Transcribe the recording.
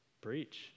Preach